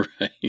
Right